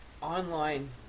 online